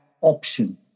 option